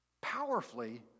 Powerfully